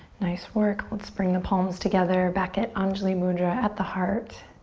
nice work. let's bring the palms together back at anjuli mudra, at the heart.